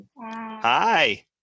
Hi